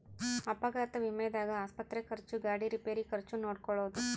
ಅಪಘಾತ ವಿಮೆದಾಗ ಆಸ್ಪತ್ರೆ ಖರ್ಚು ಗಾಡಿ ರಿಪೇರಿ ಖರ್ಚು ನೋಡ್ಕೊಳೊದು